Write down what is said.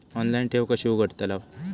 Online ठेव कशी उघडतलाव?